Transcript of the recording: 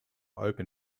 open